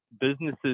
businesses